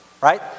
right